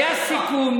היה סיכום,